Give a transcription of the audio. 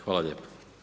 Hvala lijepo.